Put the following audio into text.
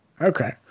Okay